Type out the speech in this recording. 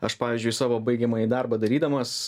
aš pavyzdžiui savo baigiamąjį darbą darydamas